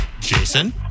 Jason